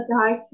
guide